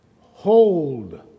Hold